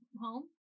home